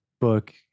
book